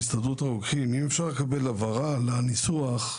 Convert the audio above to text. אפשר להוריד את המילה "והמוצרים",